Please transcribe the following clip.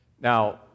Now